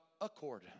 accord